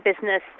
business